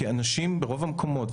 כי אנשים ברוב המקומות,